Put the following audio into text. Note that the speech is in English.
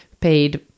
paid